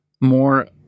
more